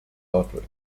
artwork